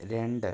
രണ്ട്